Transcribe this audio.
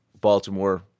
Baltimore